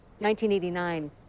1989